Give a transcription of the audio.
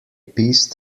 piece